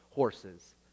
Horses